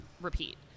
repeat